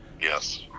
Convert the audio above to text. yes